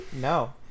No